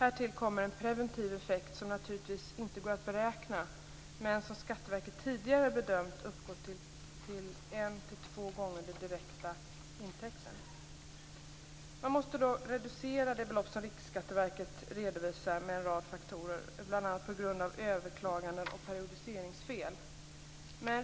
Härtill kommer en preventiv effekt som naturligtvis inte går att beräkna, men som Riksskatteverket tidigare bedömt uppgår till en till två gånger den direkta intäkten. Man måste dock reducera det belopp som Riksskatteverket redovisar med en rad faktorer, bl.a. på grund av överklaganden och periodiseringsfel.